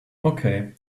okay